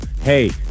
Hey